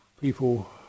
People